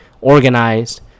Organized